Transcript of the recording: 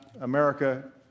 America